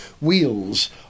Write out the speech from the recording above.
wheels